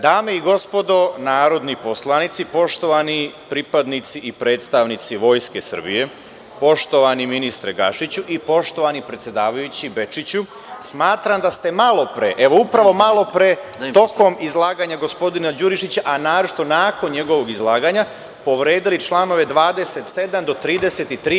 Dame i gospodo narodni poslanici, poštovani pripadnici i predstavnici Vojske Srbije, poštovani ministre Gašiću i poštovani predsedavajući Bečiću, smatram da ste malo pre, evo, upravo malo pre tokom izlaganja gospodina Đurišića, a naročito nakon njegovog izlaganja povredili članove 27 do 33.